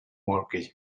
mortgage